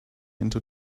into